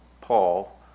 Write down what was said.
Paul